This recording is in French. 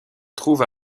trouve